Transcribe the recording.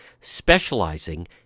specializing